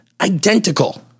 identical